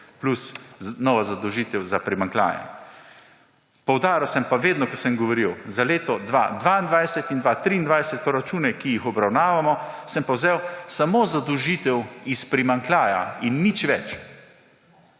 plus nova zadolžitev za primanjkljaje. Poudaril sem pa vedno, ko sem govoril za leto 2022 in 2023, iz proračunov, ki jih obravnavamo, sem pa vzel samo zadolžitev iz primanjkljaja in nič več.